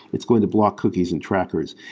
it's going to block cookies and trackers.